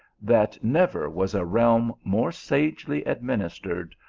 that never was a realm more sagely administered,